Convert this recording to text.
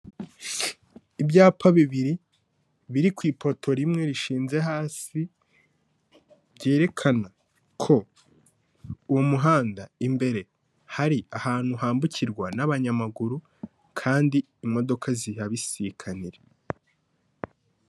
Ibyapa bibiri biri ku ipoto rimwe rishinze hasi byerekana ko uwo muhanda imbere hari ahantu hambukirwa n'abanyamaguru kandi imodoka zihabisikanira.